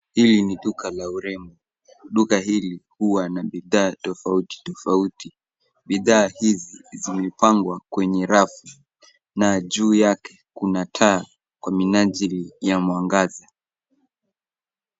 Hili ni duka la urembo. Duka hili huwa na bidhaa tofauti tofauti. Bidhaa hizi zimepangwa kwenye rafu na juu yake kuna taa kwa minajili ya mwangaza.